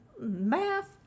Math